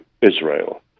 Israel